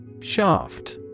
Shaft